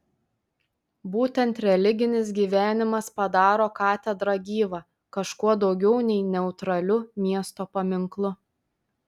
būtent religinis gyvenimas padaro katedrą gyva kažkuo daugiau nei neutraliu miesto paminklu